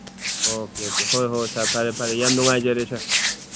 okay okay ꯍꯣꯏ ꯍꯣꯏ sir ꯐꯔꯦ ꯐꯔꯦ ꯌꯥꯝ ꯅꯨꯡꯉꯥꯏꯖꯔꯦ ꯁꯥꯔ